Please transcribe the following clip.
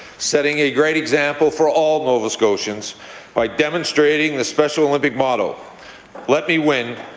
setting a great example for all nova scotians by demonstrating the special olympic motto let me win,